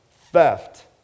theft